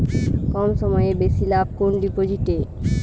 কম সময়ে বেশি লাভ কোন ডিপোজিটে?